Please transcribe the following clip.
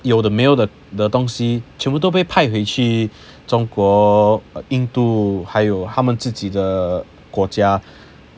有的没有的的东西全部都被派回去中国印度还有他们自己的国家